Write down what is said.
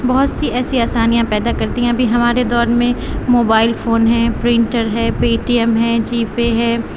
بہت سے ایسی آسانیاں پیدا کردی ہیں ابھی ہمارے دور میں موبائل فون ہیں پرنٹر ہے پے ٹی ایم ہے جی پے ہے